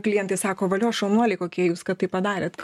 klientai sako valio šaunuoliai kokie jūs kad tai padarėt